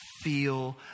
feel